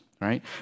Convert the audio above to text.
right